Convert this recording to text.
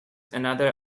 another